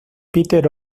peter